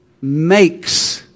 makes